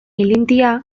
ilintia